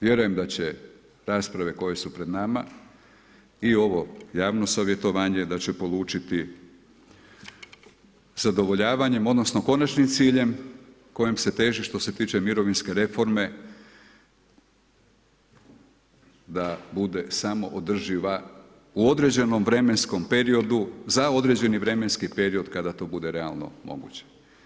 Vjerujem da će rasprave koje su pred nama i ovo javno savjetovanje da će polučiti zadovoljavanjem, odnosno, konačnim ciljem kojim se teži što se tiče mirovinske reforme, da bude samo održiva u određenom vremenskom periodu, za određeni vremenski period kada to bude realno moguće.